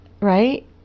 Right